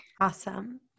Awesome